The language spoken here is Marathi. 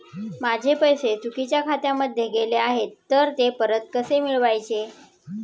माझे पैसे चुकीच्या खात्यामध्ये गेले आहेत तर ते परत कसे मिळवायचे?